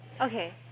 Okay